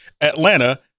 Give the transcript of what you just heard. Atlanta